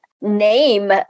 Name